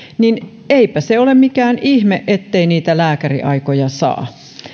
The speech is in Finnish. joten eipä se ole mikään ihme ettei niitä lääkäriaikoja saa